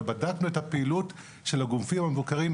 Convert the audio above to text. אבל בדקנו את הפעילות של הגופים המבוקרים,